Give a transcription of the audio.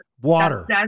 Water